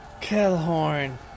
Kelhorn